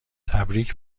تبریک